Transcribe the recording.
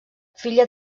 filla